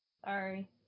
Sorry